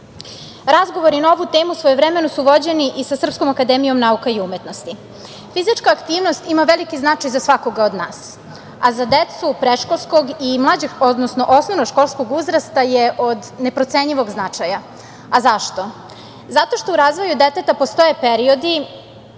Razgovori na ovu temu svojevremeno su vođeni i sa SANU. Fizička aktivnost ima veliki značaj za svakoga od nas, a za decu predškolskog, mlađeg, odnosno osnovno školskog uzrasta je od neprocenjivog značaja.A zašto? Zato što u razvoju deteta postoje periodi